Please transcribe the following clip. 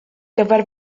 gyfer